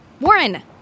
Warren